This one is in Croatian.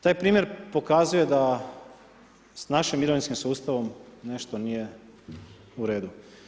Taj primjer pokazuje da s naši mirovinskim sustavom nešto nije u redu.